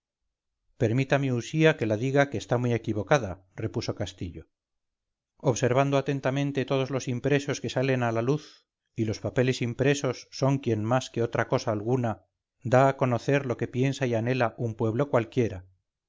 permítame usía que la diga que está muy equivocada repuso castillo observando atentamente todos los impresos que salen a luz y los papeles impresos son quien más que otra cosa alguna da a conocer lo que piensa y anhela un pueblo cualquiera